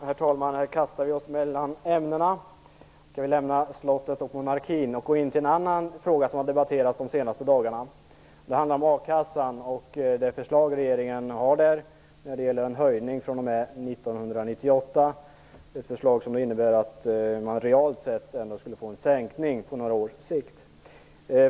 Herr talman! Här kastar vi oss mellan ämnena. Jag vill lämna Slottet och monarkin och gå in på en annan fråga som har debatterats de senaste dagarna. Det handlar om a-kassan och det förslag regeringen har om en höjning fr.o.m. 1998, ett förslag som innebär att man realt sett ändå skulle få en sänkning på några års sikt.